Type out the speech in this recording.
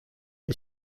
dat